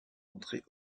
entrée